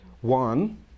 one